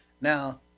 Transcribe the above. Now